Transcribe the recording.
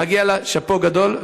מגיע לה שאפו גדול,